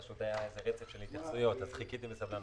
פשוט היה רצף של התייחסויות אז חיכיתי בסבלנות.